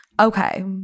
Okay